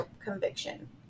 conviction